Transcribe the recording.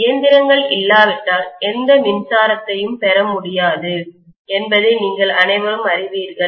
இயந்திரங்கள் இல்லாவிட்டால் எந்த மின்சாரத்தையும் பெற முடியாது என்பதை நீங்கள் அனைவரும் அறிவீர்கள்